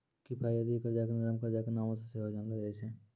किफायती कर्जा के नरम कर्जा के नामो से सेहो जानलो जाय छै